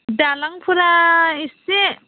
दालांफोरा एसे